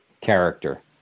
character